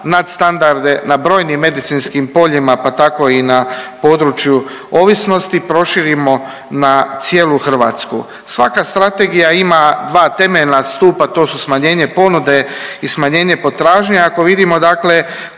nadstandarde na brojim medicinskim poljima pa tako i na području ovisnosti proširimo na cijelu Hrvatsku. Svaka strategija ima dva temeljna stupa, to su smanjenje ponude i smanjenje potražnje. Ako vidimo dakle